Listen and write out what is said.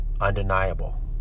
undeniable